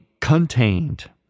contained